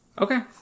Okay